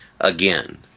again